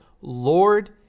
Lord